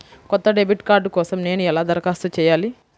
కొత్త debit card కోసం నేను ఎలా దరఖాస్తు చేయాలి?